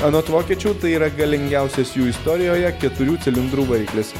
anot vokiečių tai yra galingiausias jų istorijoje keturių cilindrų variklis